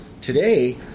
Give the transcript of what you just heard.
Today